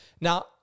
Now